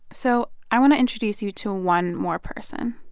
so i want to introduce you to one more person.